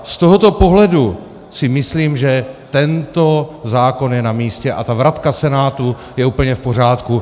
Z tohoto pohledu si myslím, že tento zákon je namístě a ta vratka Senátu je úplně v pořádku.